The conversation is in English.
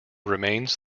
remains